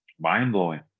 mind-blowing